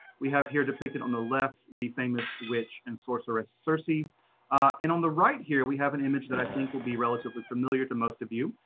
we have here depicted on the left, the famous witch and sorceress circe. and on the right here, we have an image that i think will be relatively familiar to most of you.